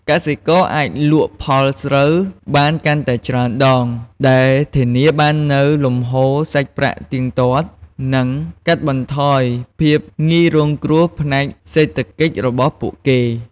កសិករអាចលក់ផលស្រូវបានកាន់តែច្រើនដង ដែលធានាបាននូវលំហូរសាច់ប្រាក់ទៀងទាត់ និងកាត់បន្ថយភាពងាយរងគ្រោះផ្នែកសេដ្ឋកិច្ចរបស់ពួកគេ។